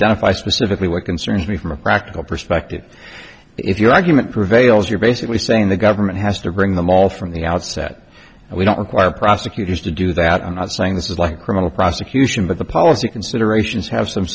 if i specifically what concerns me from a practical perspective if your argument prevails you're basically saying the government has to bring them all from the outset and we don't require prosecutors to do that i'm not saying this is like criminal prosecution but the policy considerations have some